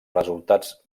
resultats